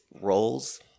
roles